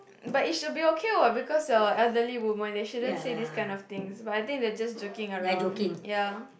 but it should be okay what because you are elderly woman they shouldn't say these kind of things but I think they just joking around ya